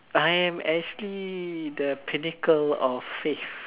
I am actually the pinnacle of faith